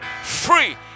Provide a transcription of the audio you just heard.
Free